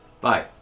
Bye